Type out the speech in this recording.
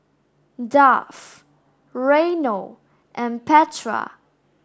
Duff Reynold and Petra